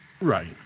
Right